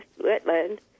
wetland